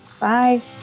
Bye